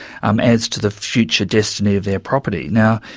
um as to the future destiny of their property. now,